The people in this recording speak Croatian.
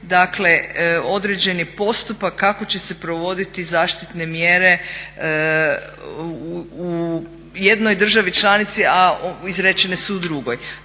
Dakle, određen je postupak kako će se provoditi zaštitne mjere u jednoj državi članici, a izrečene su u drugoj.